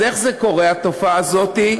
אז איך זה קורה, התופעה הזאת?